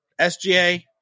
SGA